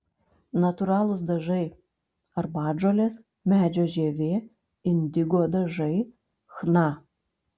natūralūs dažai arbatžolės medžio žievė indigo dažai chna